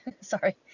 Sorry